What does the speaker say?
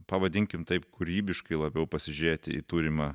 pavadinkim taip kūrybiškai labiau pasižiūrėti į turimą